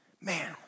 Man